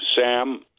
SAM